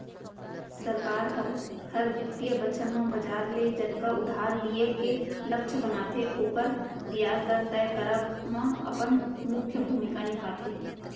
सरकार हर, हर बित्तीय बछर म बजार ले जतका उधार लिये के लक्छ बनाथे ओकर बियाज दर तय करब म अपन मुख्य भूमिका निभाथे